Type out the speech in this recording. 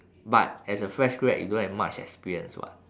but as a fresh grad you don't have much experience what